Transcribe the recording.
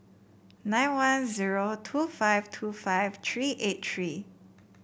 nine one zero two five two five three eight three